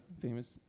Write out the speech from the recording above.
famous